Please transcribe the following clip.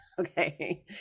Okay